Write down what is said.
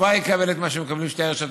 כבר יקבל את מה שמקבלות שתי הרשתות.